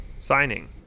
signing